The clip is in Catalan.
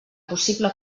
possible